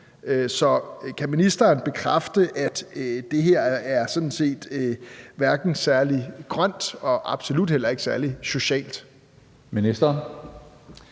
Så kan ministeren bekræfte, at det her sådan set ikke er særlig grønt, og at det absolut heller ikke er særlig socialt? Kl.